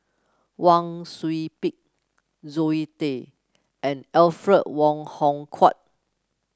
Wang Sui Pick Zoe Tay and Alfred Wong Hong Kwok